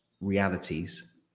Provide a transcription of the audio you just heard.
realities